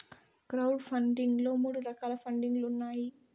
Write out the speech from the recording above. crowd funding లో మూడు రకాల పండింగ్ లు ఉన్నాయి